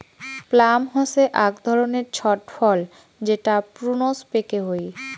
plum হসে আক ধরণের ছট ফল যেটা প্রুনস পেকে হই